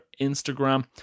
Instagram